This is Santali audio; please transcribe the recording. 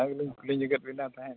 ᱚᱱᱟ ᱜᱮᱞᱤᱧ ᱠᱩᱞᱤ ᱧᱚᱜᱟᱜ ᱵᱮᱱ ᱛᱟᱦᱮᱸᱫ